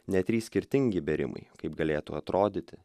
net trys skirtingi bėrimai kaip galėtų atrodyti